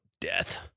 death